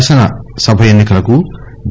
శాసనసభ ఎన్ని కలకు జి